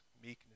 meekness